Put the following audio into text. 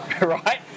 right